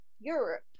europe